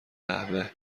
قهوه